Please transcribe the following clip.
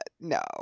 No